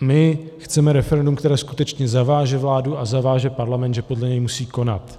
My chceme referendum, které skutečně zaváže vládu a zaváže Parlament, že podle něj musí konat.